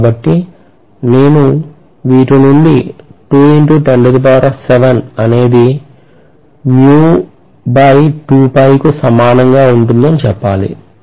కాబట్టి నేను వీటి నుండి అనేది కు సమానంగా ఉంటుందని చెప్పాలి